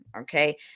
okay